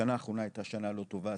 השנה האחרונה הייתה שנה לא טובה,